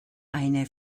eine